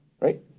right